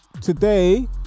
today